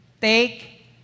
Take